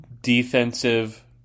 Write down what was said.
defensive